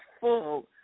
full